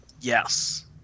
Yes